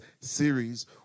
series